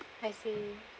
I see